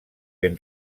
ben